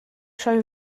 sioe